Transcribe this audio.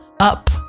up